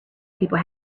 people